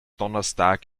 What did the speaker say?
donnerstag